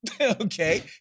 Okay